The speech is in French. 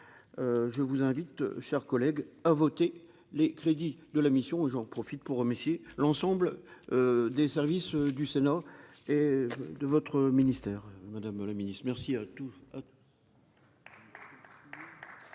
je vous invite, chers collègues à voter les crédits de la mission et j'en profite pour remercier l'ensemble des services du Sénat et de votre ministère, Madame la Ministre, merci à tous. La parole est